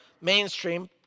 mainstream